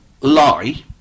lie